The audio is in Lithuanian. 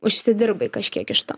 užsidirbai kažkiek iš to